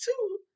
two